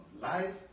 life